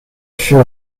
fut